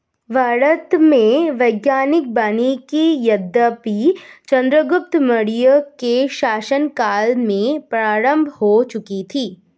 भारत में वैज्ञानिक वानिकी यद्यपि चंद्रगुप्त मौर्य के शासन काल में प्रारंभ हो चुकी थी